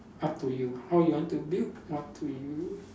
up to you how you want to build up to you